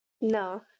no